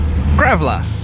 Graveler